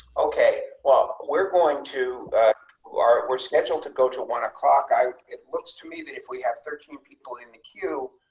okay, well, we're going to who are we're scheduled to go to one o'clock i it looks to me that if we have thirteen people in the queue.